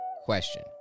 question